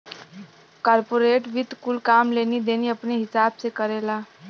corporate वित्त कुल काम लेनी देनी अपने हिसाब से करेला